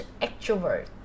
extrovert